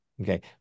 Okay